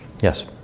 Yes